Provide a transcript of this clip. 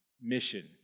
mission